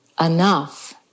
enough